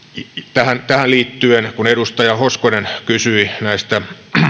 tähän tähän liittyen kun edustaja hoskonen kysyi näistä